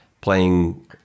playing